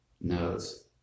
nose